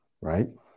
right